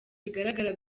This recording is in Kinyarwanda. bigaragara